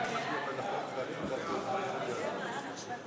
אזולאי לסעיף